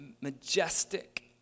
majestic